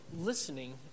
listening